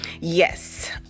Yes